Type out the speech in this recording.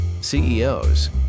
ceos